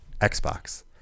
xbox